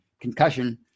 concussion